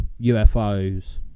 UFOs